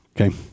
Okay